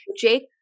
Jake